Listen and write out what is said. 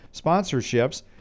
sponsorships